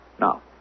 Now